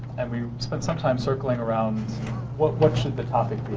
and we spent some time circling around what what should the topic be.